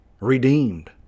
redeemed